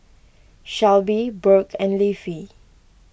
Shelbi Burk and Leafy